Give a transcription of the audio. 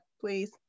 please